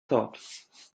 thought